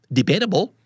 Debatable